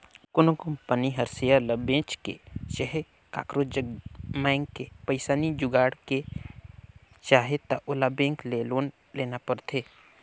कोनो कंपनी हर सेयर ल बेंच के चहे काकरो जग मांएग के पइसा नी जुगाड़ के चाहे त ओला बेंक ले लोन लेना परथें